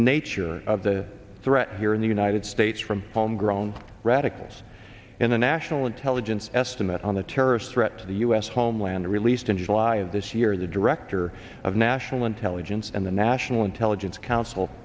nature of the threat here in the united states from homegrown radicals in the national intelligence estimate on the terrorist threat to the u s homeland released in july of this year the director of national intelligence and the national intelligence coun